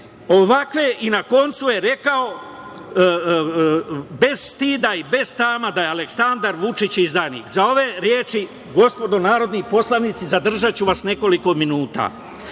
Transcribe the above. i na koncu je rekao bez stida i bez srama, da je Aleksandar Vučić izdajnik. Za ove reči, gospodo narodni poslanici, zadržaću vas nekoliko minuta. Sada,